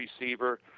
receiver